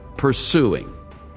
Pursuing